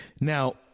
Now